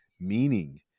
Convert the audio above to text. meaning